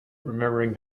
remembering